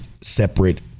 separate